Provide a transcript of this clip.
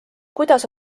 kuidas